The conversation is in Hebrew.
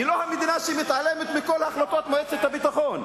היא לא המדינה שמתעלמת מכל החלטות מועצת הביטחון,